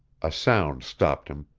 a sound stopped him,